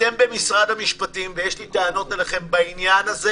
אתם במשרד המשפטים יש לי טענות אליכם בעניין הזה